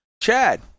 chad